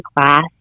class